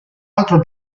altro